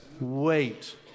Wait